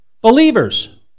Believers